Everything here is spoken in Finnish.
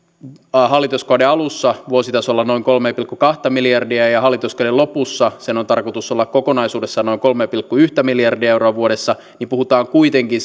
hallituskauden alussa vuositasolla noin kolme pilkku kaksi miljardia ja ja hallituskauden lopussa sen on tarkoitus olla kokonaisuudessaan noin kolme pilkku yksi miljardia euroa vuodessa niin puhutaan kuitenkin